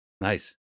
nice